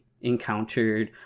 encountered